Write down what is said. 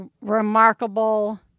remarkable